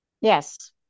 Yes